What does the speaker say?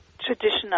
traditional